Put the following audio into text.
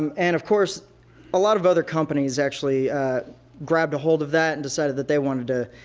um and of course a lot of other companies actually grabbed a hold of that and decided that they wanted to